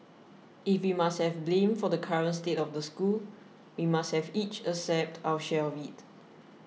if we must have blame for the current state of the school we must have each accept our share of it